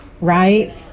right